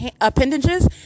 appendages